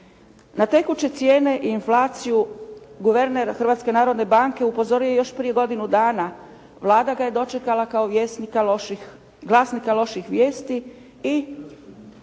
Na tekuće cijene i inflaciju guverner Hrvatske narodne banke upozorio je još prije godinu dana. Vlada ga je dočekala kao glasnika loših vijesti i